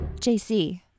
JC